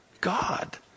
god